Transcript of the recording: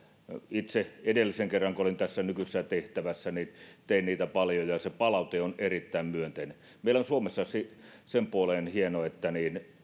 itse kun olin edellisen kerran tässä nykyisessä tehtävässä tein niitä paljon ja se palaute on erittäin myönteinen meillä on suomessa sen puoleen hienoa että